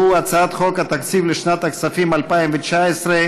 שהוא הצעת חוק התקציב לשנת הכספים 2019,